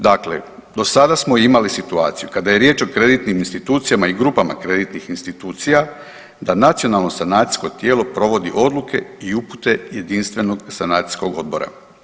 Dakle, do sada smo imali situaciju kada je riječ o kreditnim institucijama i grupama kreditnih institucija da nacionalno sanacijsko tijelo provodi odluke i upute jedinstvenog sanacijskog odbora.